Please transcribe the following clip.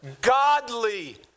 godly